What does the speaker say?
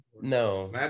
No